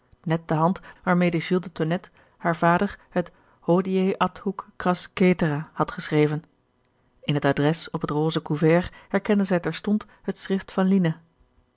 net de hand waarmede jules de tonnette haar vader het hodie adhuc cras caetera had geschreven in het adres op het rose couvert herkende zij terstond het schrift van lina